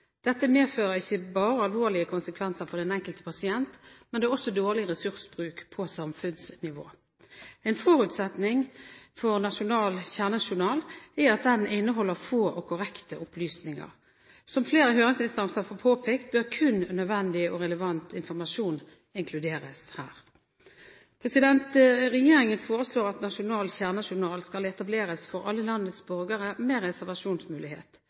Dette får ikke bare alvorlige konsekvenser for den enkelte pasient, det er også dårlig ressursbruk på samfunnsnivå. En forutsetning for nasjonal kjernejournal er at den inneholder få og korrekte opplysninger. Som flere høringsinstanser har påpekt, bør kun nødvendig og relevant informasjon inkluderes. Regjeringen foreslår at nasjonal kjernejournal skal etableres for alle landets borgere, med reservasjonsmulighet.